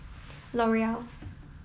L Oreal